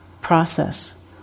process